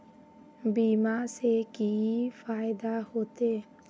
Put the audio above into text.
बीमा से की फायदा होते?